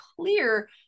clear